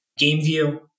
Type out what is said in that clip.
GameView